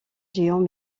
géants